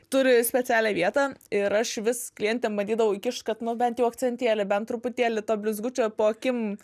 turi specialią vietą ir aš vis klientėm bandydavau įkišt kad nu bent jau akcentėlį bent truputėlį to blizgučio po akim